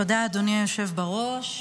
תודה, אדוני היושב בראש.